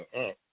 up